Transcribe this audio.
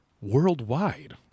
worldwide